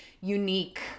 unique